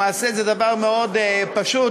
למעשה הוא דבר מאוד פשוט,